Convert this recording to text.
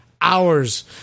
hours